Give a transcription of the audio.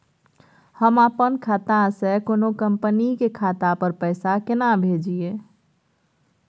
हम अपन खाता से कोनो कंपनी के खाता पर पैसा केना भेजिए?